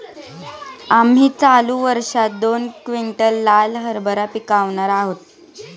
आम्ही चालू वर्षात दोन क्विंटल लाल हरभरा पिकावणार आहोत